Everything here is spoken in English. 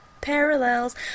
Parallels